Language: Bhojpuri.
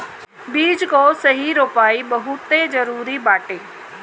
बीज कअ सही रोपाई बहुते जरुरी बाटे